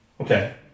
Okay